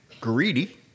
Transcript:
greedy